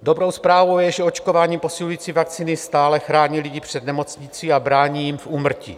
Dobrou zprávou je, že očkování a posilující vakcíny stále chrání lidi před nemocnicí a brání jim v úmrtí.